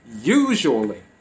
usually